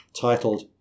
titled